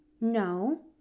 No